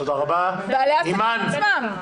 בעלי העסקים עצמם.